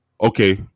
Okay